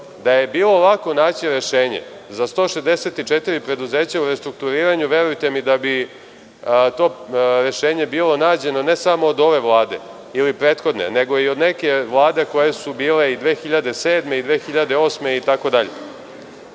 Da je bilo lako naći rešenje za 164 preduzeća u restrukturiranju, verujte mi da bi to rešenje bilo nađeno ne samo od ove vlade ili prethodne, nego i od nekih vlada koje su bile i 2007. i 2008.